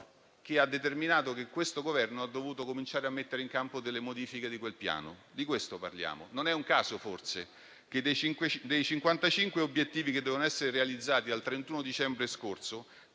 che ha determinato il fatto che questo Governo abbia dovuto cominciare a mettere in campo delle modifiche di quel Piano. Non è un caso, forse, che dei 55 obiettivi che dovevano essere realizzati al 31 dicembre scorso,